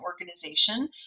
organization